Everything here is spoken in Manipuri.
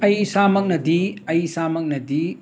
ꯑꯩ ꯏꯁꯥꯃꯛꯅꯗꯤ ꯑꯩ ꯏꯁꯥꯃꯛꯅꯗꯤ